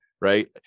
right